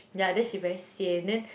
yeah then she very sian then